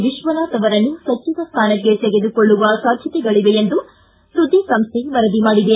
ವಿಶ್ವನಾಥ್ ಅವರನ್ನು ಸಚಿವ ಸ್ಥಾನಕ್ಕೆ ತೆಗೆದುಕೊಳ್ಳುವ ಸಾಧ್ಯತೆಗಳಿವೆ ಇದೆ ಎಂದು ಸುದ್ದಿ ಸಂಸ್ಥೆ ವರದಿ ಮಾಡಿದೆ